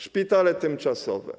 Szpitale tymczasowe.